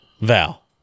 Val